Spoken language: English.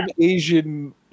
Asian